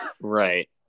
Right